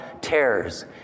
terrors